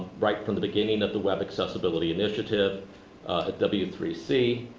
right from the beginning at the web accessibility initiative at w three c.